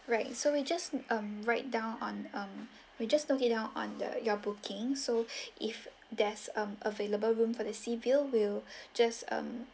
right so we just write down on um we just took it down on the your booking so if there's um available room for the sea view we'll just um